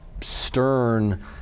stern